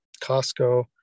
costco